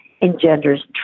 engenders